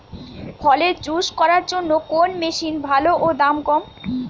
ফলের জুস করার জন্য কোন মেশিন ভালো ও দাম কম?